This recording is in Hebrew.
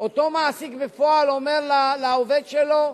אותו מעסיק בפועל אומר לעובד שלו: